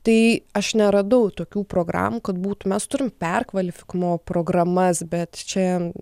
tai aš neradau tokių programų kad būtų mes turim perkvalifikavimo programas bet čia